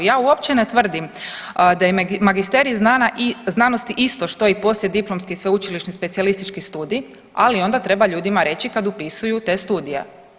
Ja uopće ne tvrdim da je magisterij znanosti isto što i poslijediplomski sveučilišni specijalistički studij, ali onda treba ljudima reći kad upisuju te studije.